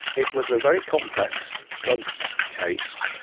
it was a very complex drugs case,